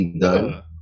done